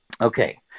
Okay